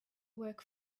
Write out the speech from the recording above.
work